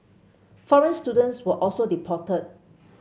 foreign students were also deported